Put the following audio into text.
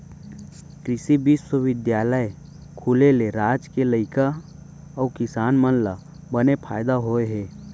कृसि बिस्वबिद्यालय खुले ले राज के लइका अउ किसान मन ल बने फायदा होय हे